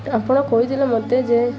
ଆପଣ କହିଥିଲେ ମୋତେ ଯେ